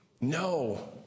No